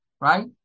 right